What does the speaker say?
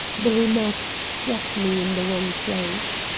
the remark struck me in the wrong place.